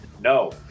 no